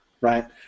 right